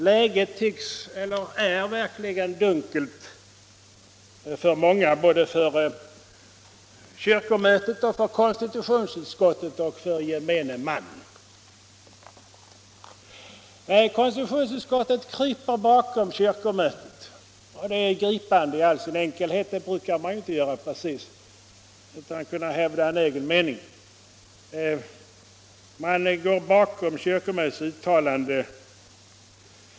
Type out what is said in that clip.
Läget är verkligen dunkelt för många — för kyrkomötet, för konstitutionsutskottet och för gemene man. Konstitutionsutskottet kryper bakom kyrkomötet — utan att kunna hävda en egen mening — och det är gripande i all sin enkelhet. Så brukar man ju inte precis göra.